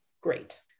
Great